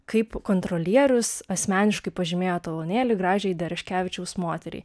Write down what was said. kaip kontrolierius asmeniškai pažymėjo talonėlį gražiai dereškevičiaus moteriai